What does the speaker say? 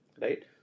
right